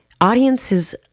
Audiences